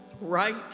right